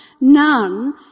none